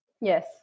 Yes